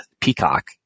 peacock